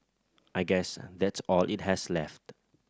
I guess that's all it has left